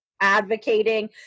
advocating